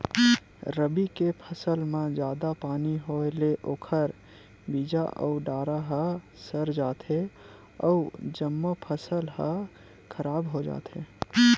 रबी के फसल म जादा पानी होए ले ओखर बीजा अउ डारा ह सर जाथे अउ जम्मो फसल ह खराब हो जाथे